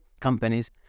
companies